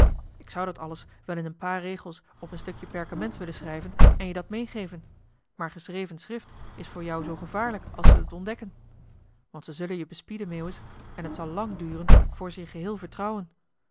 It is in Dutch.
k zou dat alles wel in een paar regels op een stukje perkament willen schrijven en je dat meegeven maar geschreven schrift is voor jou zoo gevaarlijk als ze t ontdekken want ze zullen je bespieden meeuwis en t zal lang duren voor ze je geheel vertrouwen